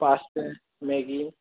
पास्ते मैगी